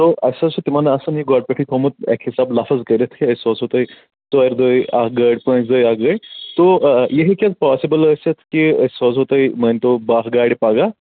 تہٕ اَسہِ حظ چھُ تِمن آسن یہِ گۄڈٕپٮ۪ٹھٕےتھوٚمُت اَکہِ حِساب لفظ کٔرِتھ ہے أسۍ سوزہو تۄہہِ ژورِ دۄہہِ اَکھ گٲڑۍ پٲنٛژِ دۄیی اَکھ گٲڑۍ تو یہِ ہیٚکہِ حظ پاسبٕل ٲسِتھ کہِ أسۍ سوزہو تۄہہِ مٲنۍتو بَہہ گاڑِ پگاہ